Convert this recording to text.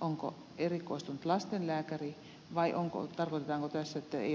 onko erikoistunut lastenlääkäri vai tarkoitetaanko tässä että ei ole kysymyksessä valelääkäri